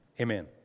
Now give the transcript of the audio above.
Amen